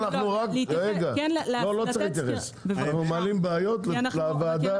אנחנו רק מעלים בעיות לוועדה.